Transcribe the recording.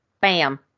bam